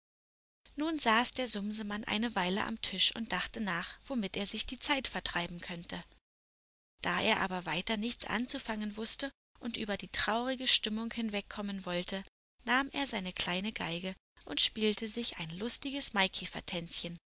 nun saß der sumsemann eine weile am tisch und dachte nach womit er sich die zeit vertreiben könnte da er aber weiter nichts anzufangen wußte und über die traurige stimmung hinwegkommen wollte nahm er seine kleine geige und spielte sich ein lustiges